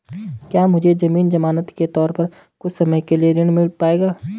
क्या मुझे ज़मीन ज़मानत के तौर पर कुछ समय के लिए ऋण मिल पाएगा?